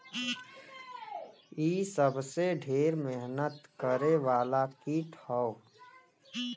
इ सबसे ढेर मेहनत करे वाला कीट हौ